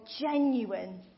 genuine